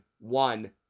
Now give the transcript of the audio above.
One